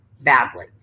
badly